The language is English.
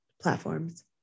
platforms